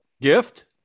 Gift